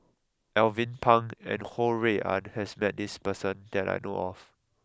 Alvin Pang and Ho Rui An has met this person that I know of